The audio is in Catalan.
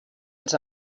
els